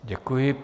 Děkuji.